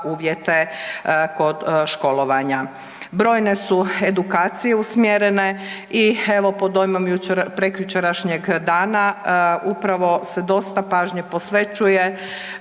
uvjete kod školovanja. Brojne su edukacije usmjerene i evo pod dojmom prekjučerašnjeg dana upravo se dosta pažnje posvećuje